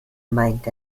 meint